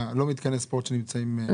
אה, לא מתקני ספורט שנמצאים ברחוב?